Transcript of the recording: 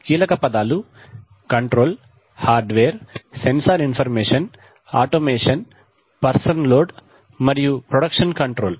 కీలక పదాలు control hardware sensor information automation person load మరియు ప్రొడక్షన్ కంట్రోల్